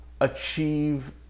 achieve